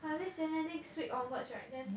!wah! a bit sian leh next week onwards right then